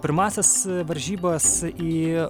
pirmąsias varžybas į